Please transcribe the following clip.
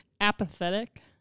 apathetic